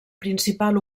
principal